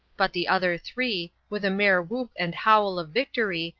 but the other three, with a mere whoop and howl of victory,